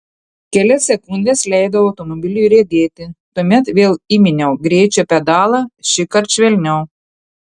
kelias sekundes leidau automobiliui riedėti tuomet vėl įminiau greičio pedalą šįkart švelniau